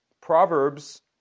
Proverbs